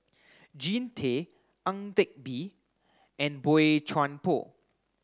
Jean Tay Ang Teck Bee and Boey Chuan Poh